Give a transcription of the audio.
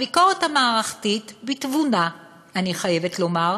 הביקורת המערכתית, בתבונה, אני חייבת לומר,